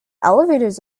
elevators